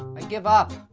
i give up.